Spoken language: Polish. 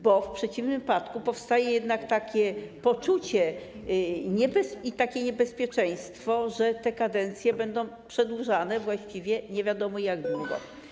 Bo w przeciwnym wypadku powstaje jednak takie poczucie i niebezpieczeństwo, że te kadencje będą przedłużane właściwie nie wiadomo jak długo.